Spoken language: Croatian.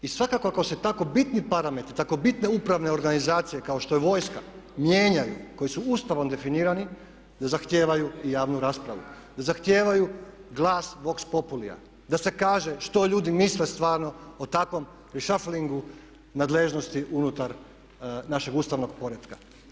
I svakako ako se tako bitni parametri, tako bitne upravne organizacije kao što je vojska mijenjaju, koji su Ustavom definirani zahtijevaju i javnu raspravu, zahtijevaju i glas vox populia da se kaže što ljudi misle stvarno o takvom reshufflingu nadležnosti unutar našeg ustavnog poretka.